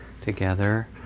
together